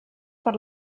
per